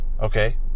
Okay